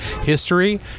history